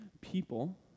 people